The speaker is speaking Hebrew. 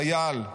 כי כל חייל,